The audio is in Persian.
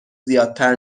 زیادتر